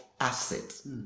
assets